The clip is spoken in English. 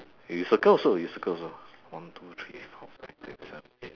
you circle also you circle also one two three four five six seven eight